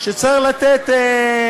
ועדת שרים החליטה לא לאשר את הצעת